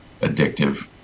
addictive